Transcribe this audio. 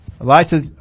Elijah